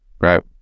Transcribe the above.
right